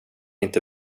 inte